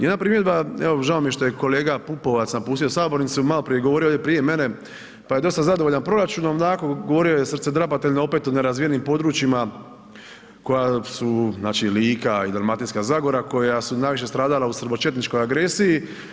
Jedna primjedba, evo žao mi je što je kolega Pupovac napustio sabornicu, maloprije je govorio ovdje prije mene pa je dosta zadovoljan proračunom, onako govorio je srcedrapateljno opet o nerazvijenim područjima koja su Lika, Dalmatinska zagora koja su najviše stradala u srbočetničkoj agresiji.